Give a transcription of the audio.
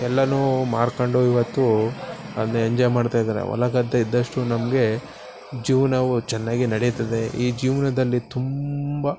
ಎಲ್ಲ ಮಾರ್ಕೊಂಡು ಇವತ್ತು ಅದನ್ನ ಎಂಜಾಯ್ ಮಾಡ್ತಾ ಇದ್ದಾರೆ ಹೊಲ ಗದ್ದೆ ಇದ್ದಷ್ಟು ನಮಗೆ ಜೀವನವು ಚೆನ್ನಾಗಿ ನಡೀತದೆ ಈ ಜೀವನದಲ್ಲಿ ತುಂಬ